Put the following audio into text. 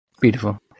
Beautiful